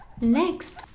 Next